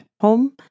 home